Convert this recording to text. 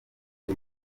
ari